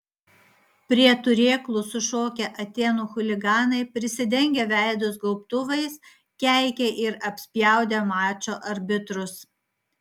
prie turėklų sušokę atėnų chuliganai prisidengę veidus gaubtuvais keikė ir apspjaudė mačo arbitrus